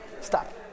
Stop